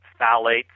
phthalates